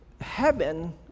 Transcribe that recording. Heaven